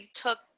took